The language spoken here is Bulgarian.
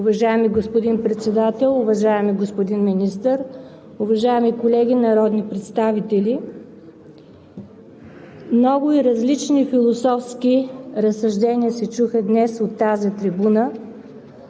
Уважаеми господин Председател, уважаеми господин Министър, уважаеми колеги народни представители! Много и различни философски разсъждения се чуха днес от тази трибуна.